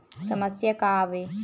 समस्या का आवे?